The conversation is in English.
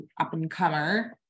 up-and-comer